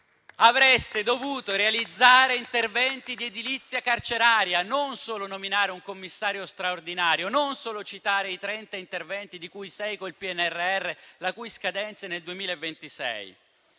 Avreste dovuto realizzare interventi di edilizia carceraria, non solo nominare un commissario straordinario, non solo citare i trenta interventi, di cui sei con il PNRR, la cui scadenza è nel 2026.